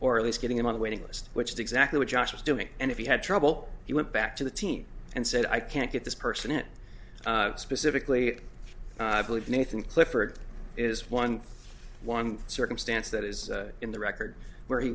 or at least getting him on a waiting list which is exactly what josh was doing and if he had trouble he went back to the team and said i can't get this person it specifically i believe nathan clifford is one one circumstance that is in the record where he